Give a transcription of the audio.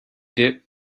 dip